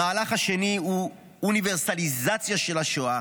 המהלך השני הוא אוניברסליזציה של השואה